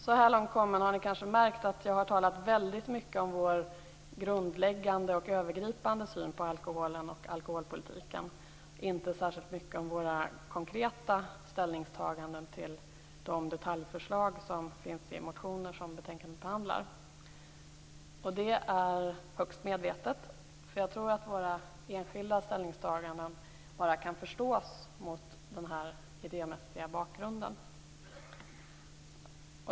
Ni har kanske märkt att jag så här långt kommen har talat väldigt mycket om vår grundläggande och övergripande syn på alkoholen och alkoholpolitiken och inte särskilt mycket om våra konkreta ställningstaganden till de detaljförslag som finns i motioner som behandlas i betänkandet. Det är högst medvetet. Jag tror att våra enskilda ställningstaganden bara kan förstås mot denna idémässiga bakgrund.